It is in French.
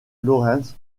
lawrence